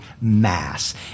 mass